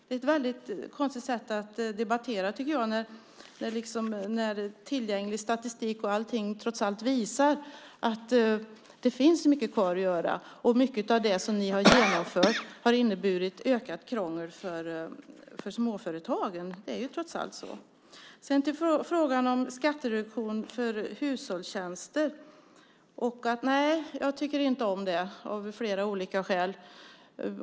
Det är ett väldigt konstigt sätt att debattera på, tycker jag, när tillgänglig statistik och allt annat trots allt visar att det finns mycket kvar att göra. Och mycket av det som ni har genomfört har inneburit ökat krångel för småföretagen. Det är ju trots allt så. Sedan till frågan om skattereduktion för hushållsnära tjänster. Nej, jag tycker inte om det av flera olika skäl.